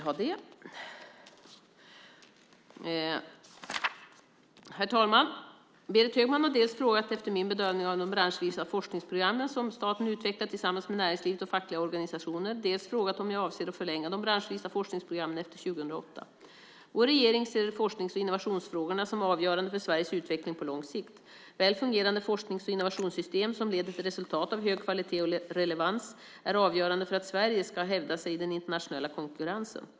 Herr talman! Berit Högman har dels frågat efter min bedömning av de branschvisa forskningsprogram som staten utvecklat tillsammans med näringslivet och fackliga organisationer, dels frågat om jag avser att förlänga de branschvisa forskningsprogrammen efter år 2008. Vår regering ser forsknings och innovationsfrågorna som avgörande för Sveriges utveckling på lång sikt. Väl fungerande forsknings och innovationssystem som leder till resultat av hög kvalitet och relevans är avgörande för att Sverige ska hävda sig i den internationella konkurrensen.